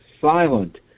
silent